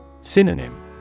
Synonym